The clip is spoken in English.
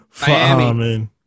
Miami